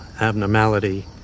abnormality